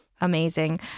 Amazing